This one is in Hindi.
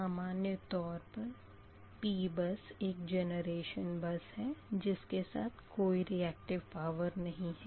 सामान्य तौर पर P बस एक जनरेशन बस है जिसके साथ कोई रीयक्टिव पावर नही है